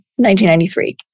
1993